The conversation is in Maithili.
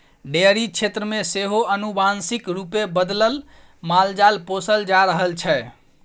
डेयरी क्षेत्र मे सेहो आनुवांशिक रूपे बदलल मालजाल पोसल जा रहल छै